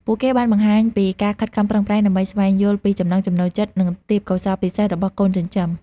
ពួកគេបានបង្ហាញពីការខិតខំប្រឹងប្រែងដើម្បីស្វែងយល់ពីចំណង់ចំណូលចិត្ត និងទេពកោសល្យពិសេសរបស់កូនចិញ្ចឹម។